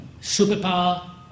superpower